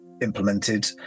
implemented